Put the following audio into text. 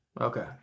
Okay